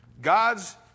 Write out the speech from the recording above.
God's